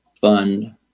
Fund